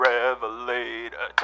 Revelator